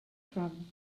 from